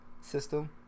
system